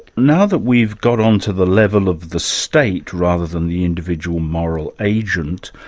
now that we've got on to the level of the state rather than the individual moral agent,